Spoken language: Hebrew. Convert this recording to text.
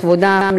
לכבודם,